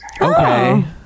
Okay